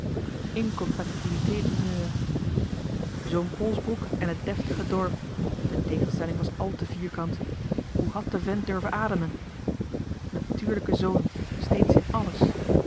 gesproken incompatibilité d'humeur zoon polsbroek en het deftige dorp de tegenstelling was al te vierkant hoe had de vent durven ademen natuurlijke zoon steeds in àlles